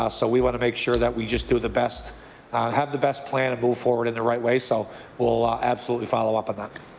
ah so we want to make sure that we just do the best have the best plan and move forward in the right way. so we'll ah absolutely follow up on that.